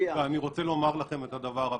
רוצה לומר לכם את הדבר הבא: